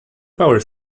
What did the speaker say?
power